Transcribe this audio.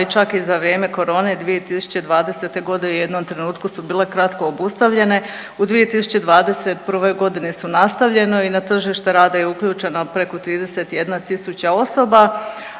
i čak i za vrijeme korone 2020. g. u jednom trenutku su bile kratko obustavljene. U 2021. g. su nastavljeno i na tržište rada je uključeno preko 31 000 osoba,